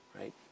Right